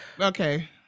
Okay